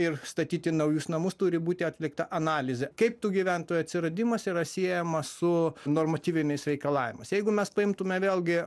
ir statyti naujus namus turi būti atlikta analizė kaip tų gyventojų atsiradimas yra siejamas su normatyviniais reikalavimais jeigu mes paimtume vėlgi